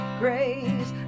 grace